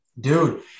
dude